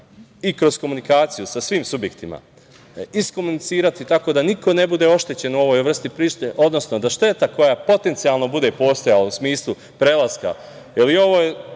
i kroz komunikaciju sa svim subjektima iskomunicirati tako da niko ne bude oštećen u ovoj vrsti, odnosno da šteta koja potencijalno bude postojala u smislu prelaska, jer i ovo je